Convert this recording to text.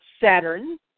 Saturn